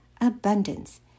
abundance